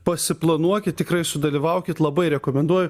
pasiplanuokit tikrai sudalyvaukit labai rekomenduoju